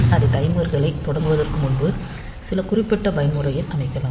அது டைமர்களைத் தொடங்குவதற்கு முன்பு சில குறிப்பிட்ட பயன்முறையில் அமைக்கலாம்